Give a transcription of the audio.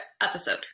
episode